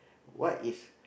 what is